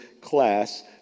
class